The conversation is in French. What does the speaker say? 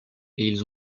ils